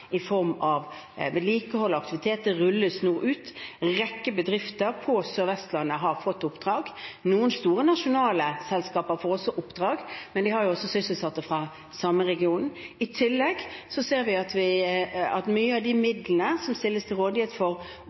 i form av vedlikehold og aktiviteter, som nå rulles ut. En rekke bedrifter på Sør-Vestlandet har fått oppdrag. Noen store nasjonale selskaper får også oppdrag, men de har jo også sysselsatte fra samme region. I tillegg ser vi at mange av de midlene som stilles til rådighet for